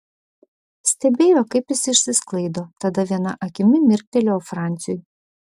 stebėjo kaip jis išsisklaido tada viena akimi mirktelėjo franciui